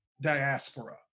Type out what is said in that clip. diaspora